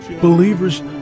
Believers